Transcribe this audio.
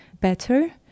better